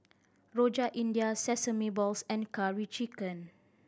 Rojak India Sesame Balls and Curry Chicken